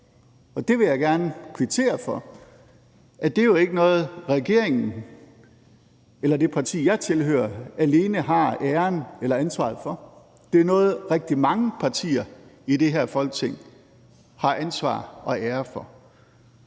det vil jeg gerne kvittere for – det er jo ikke noget, regeringen eller det parti, jeg tilhører, alene har æren eller ansvaret for; det er noget, rigtig mange partier i det her Folketing har ansvaret og æren for.